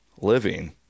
living